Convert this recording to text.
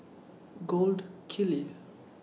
Gold Kili